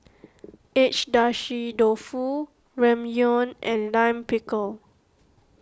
Agedashi Dofu Ramyeon and Lime Pickle